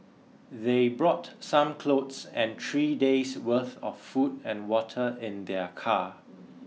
they brought some clothes and three days' worth of food and water in their car